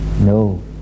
No